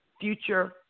future